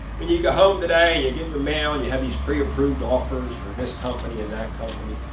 when you go home today, and you get your mail, and you have these pre-approved offers for this company and that company,